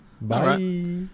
Bye